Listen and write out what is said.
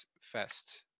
fast